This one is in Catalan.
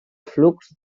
flux